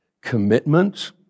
commitment